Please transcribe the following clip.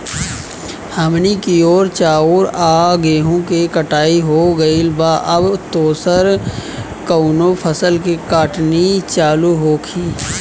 हमनी कियोर चाउर आ गेहूँ के कटाई हो गइल बा अब दोसर कउनो फसल के कटनी चालू होखि